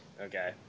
Okay